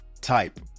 type